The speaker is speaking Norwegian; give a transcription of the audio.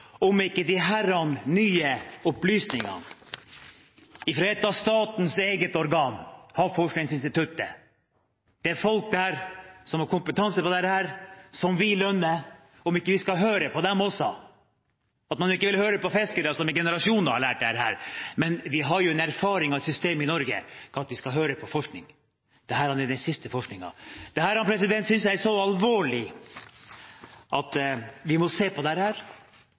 om ikke disse nye opplysningene fra statens eget organ – Havforskningsinstituttet – der vi lønner folk som har kompetanse på dette, er noe vi skal høre på. Man vil ikke høre på fiskere som i generasjoner har lært det, men vi har jo en erfaring med et system i Norge der vi skal høre på forskning. Dette er den siste forskningen. Dette synes jeg er så alvorlig at vi må se på det. Regjeringen må se på disse nye opplysningene som er kommet. Vi husker også konsekvensene da Russland plutselig sa at her